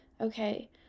okay